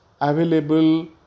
available